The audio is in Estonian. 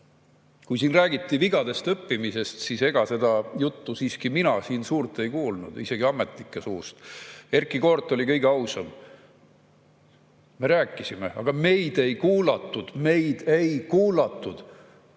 Kui siin räägiti vigadest õppimisest, siis ega seda juttu mina siin suurt ei kuulnud, isegi ametnike suust. Erkki Koort oli kõige ausam: me rääkisime, aga meid ei kuulatud. Meid ei kuulatud!